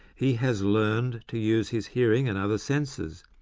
he has learned to use his hearing and other senses,